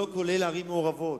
לא כולל ערים מעורבות.